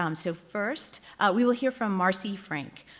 um so first we will hear from marcie frank.